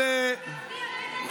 ואני אומר שאני רואה את אלה מהמשותפת,